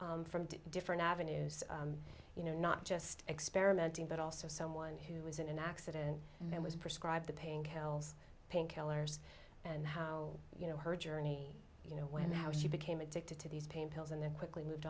process from different avenues you know not just experimenting but also someone who was in an accident and was prescribed the paying hell's pain killers and how you know her journey you know when how she became addicted to these pain pills and then quickly moved